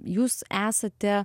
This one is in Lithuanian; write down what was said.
jūs esate